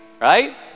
Right